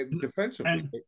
defensively